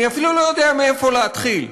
אני אפילו לא יודע איפה להתחיל.